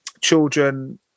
children